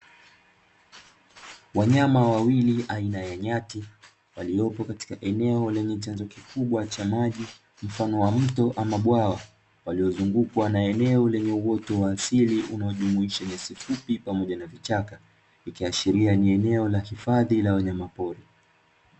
Wanyama wawili aina ya nyati wapo katika eneo lenye chanzo kikubwa cha maji, mfano wa mto au bwawa waliozungukwa na eneo lenye uoto wa asili unaojumuisha nyasi fupi na vichaka, ikiashiria eneo la hifadhi la wanyama pori.